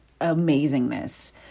amazingness